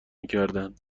میکردند